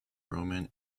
roman